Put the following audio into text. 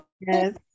Yes